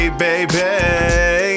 baby